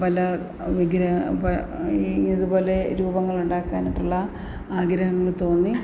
പല വിഗ്രഹ ഈ ഇതുപോലെ രൂപങ്ങളുണ്ടാക്കാനായിട്ടുള്ള ആഗ്രഹങ്ങൾ തോന്നി